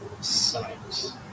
science